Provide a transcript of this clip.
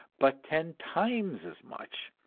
but ten times as much.